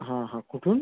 हा हा कुठून